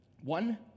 one